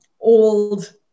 old